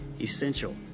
essential